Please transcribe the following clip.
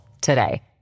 today